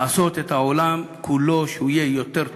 לעשות את העולם כולו שיהיה טוב יותר,